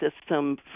system